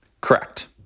Correct